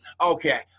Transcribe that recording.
okay